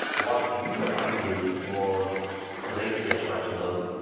what we were trying to do was raise the abstraction level.